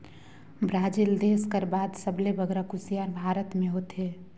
Brazil देस कर बाद सबले बगरा कुसियार भारत में होथे